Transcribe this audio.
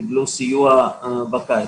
קיבלו סיוע בקיץ.